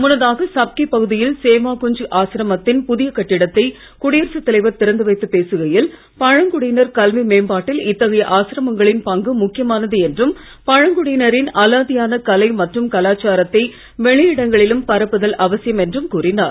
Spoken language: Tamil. முன்னதாக சப்கி பகுதியில் சேவா குஞ்ச் ஆசிரமத்தின் புதிய கட்டிடத்தை குடியரசுத் தலைவர் திறந்து வைத்து பேசுகையில் பழங்குடியினர் கல்வி மேம்பாட்டில் இத்தகைய ஆசிரமங்களின் பங்கு முக்கியமானது என்றும் பழங்குடியினரின் அலாதியான கலை மற்றும் கலாச்சாரத்தை வெளியிடங்களிலும் பரப்புதல் அவசியம் என்றும் கூறினார்